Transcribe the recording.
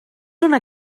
una